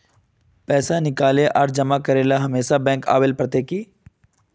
पैसा निकाले आर जमा करेला हमेशा बैंक आबेल पड़ते की?